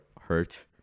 hurt